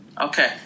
Okay